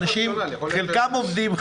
חלק מהאנשים עובדים,